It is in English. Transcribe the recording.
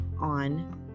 on